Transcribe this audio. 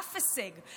אף הישג,